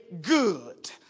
good